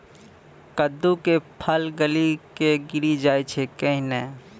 कददु के फल गली कऽ गिरी जाय छै कैने?